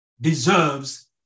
deserves